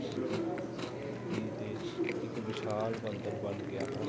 ਜੀ ਜੀ ਦੇ ਇੱਕ ਵਿਸ਼ਾਲ ਮੰਦਰ ਬਣ ਗਿਆ ਹੈ